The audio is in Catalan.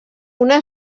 una